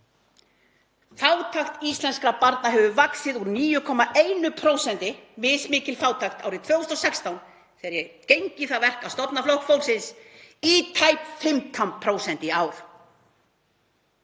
Fátækt íslenskra barna hefur vaxið úr 9,1%, mismikil fátækt árið 2016, þegar ég geng í það verk að stofna Flokk fólksins, í tæp 15% í ár.